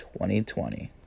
2020